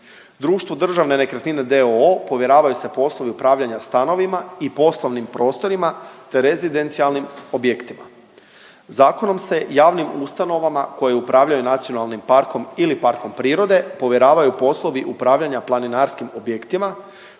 Društvo Državne nekretnine d.o.o. povjeravaju se poslovi upravljanja stanovima i poslovnim prostorima, te rezidencijalnim objektima. Zakonom se javnim ustanovama koje upravljaju nacionalnim parkom ili parkom prirode povjeravaju poslovi upravljanja planinarskim objektima